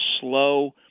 slow